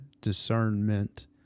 discernment